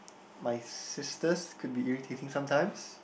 my sisters could be irritating sometimes